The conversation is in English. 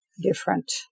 different